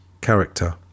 character